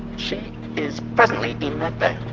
she is presently in med bay.